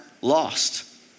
lost